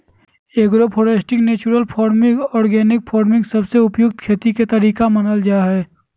agro foresting, natural farming, organic farming सबसे उपयुक्त खेती के तरीका मानल जा हय